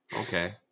Okay